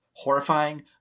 Horrifying